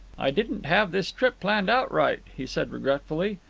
i didn't have this trip planned out right, he said regretfully.